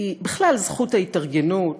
בכלל, זכות ההתארגנות,